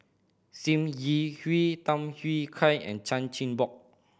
Sim Yi Hui Tham Yui Kai and Chan Chin Bock